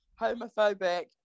homophobic